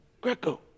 Greco